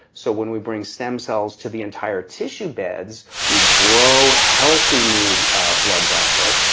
so when we bring stem cells to the entire tissue beds, we grow healthy new blood vessels.